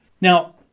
Now